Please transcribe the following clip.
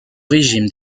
régime